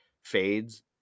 fades